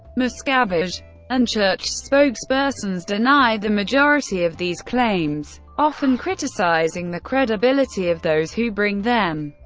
miscavige and church spokespersons deny the majority of these claims, often criticizing the credibility of those who bring them.